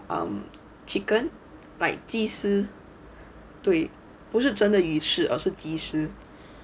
um chicken like 鸡丝对不是真的鱼翅而是鸡丝